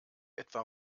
etwa